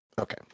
Okay